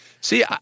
see